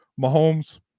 Mahomes